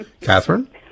Catherine